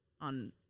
on